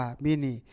bini